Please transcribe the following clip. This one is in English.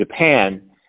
Japan